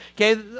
okay